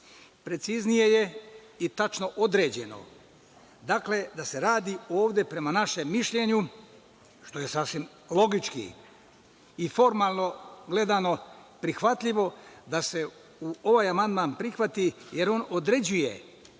itd. Preciznije je i tačno određeno, da se radi ovde, prema našem mišljenju, što je sasvim logički i formalno gledano prihvatljivo da se ovaj amandman prihvati jer on određuje,